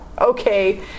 Okay